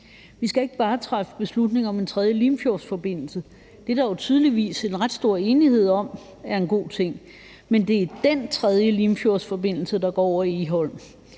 Vi skal ikke bare træffe beslutning om en tredje Limfjordsforbindelse – det er der jo tydeligvis en ret stor enighed om er en god ting – men om den tredje Limfjordsforbindelse, der går over Egholm,